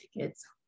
tickets